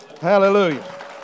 Hallelujah